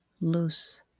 loose